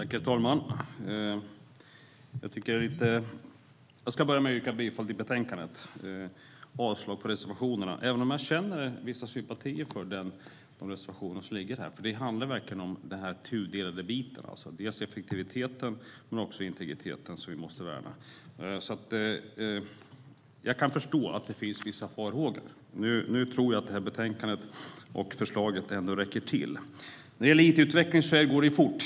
Herr talman! Jag börjar med att yrka bifall till förslaget i betänkandet och avslag på reservationerna, även om jag känner vissa sympatier för de reservationer som lämnats. Det handlar verkligen om den tudelade biten; vi måste värna om dels effektiviteten, dels integriteten. Jag kan förstå att det finns vissa farhågor. Nu tror jag att det här betänkandet och förslaget ändå räcker till. It-utvecklingen går fort.